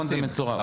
אבל הם לא נכנסים.